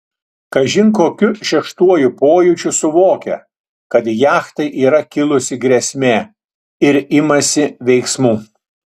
kažin kokiu šeštuoju pojūčiu suvokia kad jachtai yra kilusi grėsmė ir imasi veiksmų